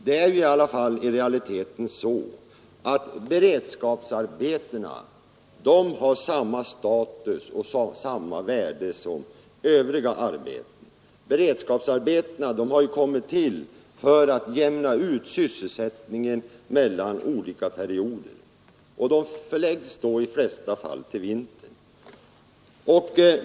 Men i realiteten har beredskapsarbetena samma status och samma värde som övriga arbeten. Beredskapsarbetena har kommit till för att jämna ut sysselsättningen mellan olika perioder, och därför förläggs de i de flesta fall till vintern.